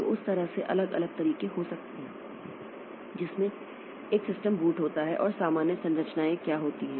तो उस तरह से अलग अलग तरीके हो सकते हैं जिसमें एक सिस्टम बूट होता है और सामान्य संरचनाएं क्या होती हैं